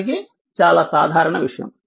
నిజానికి చాలా సాధారణ విషయం